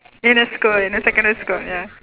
in a school in the secondary school ya